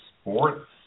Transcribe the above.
sports